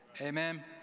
Amen